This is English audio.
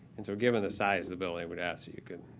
and so given the size of the building, we would ask that you could